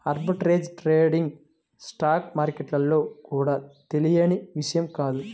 arbitrage trading stock మార్కెట్లలో కూడా తెలియని విషయం కాదు